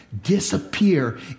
disappear